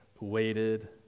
waited